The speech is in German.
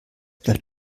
bleibt